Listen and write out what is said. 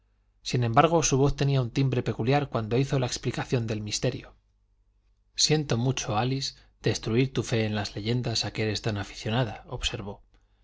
sin embargo su voz tenía un timbre peculiar cuando hizo la explicación del misterio siento mucho álice destruir tu fe en las leyendas a que eres tan aficionada observó